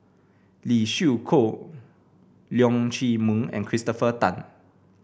Lee Siew Choh Leong Chee Mun and Christopher Tan